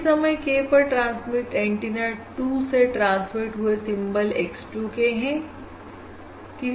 किसी समय k पर ट्रांसमिट एंटीना 2 ट्रांसमिट हुए सिंबल x 2 k है